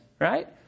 right